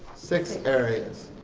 six areas,